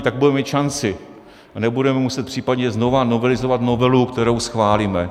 Tak budeme mít šanci a nebudeme muset případně znovu novelizovat novelu, kterou schválíme.